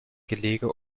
gelege